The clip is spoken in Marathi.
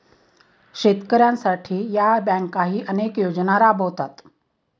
शेतकऱ्यांसाठी या बँकाही अनेक योजना राबवतात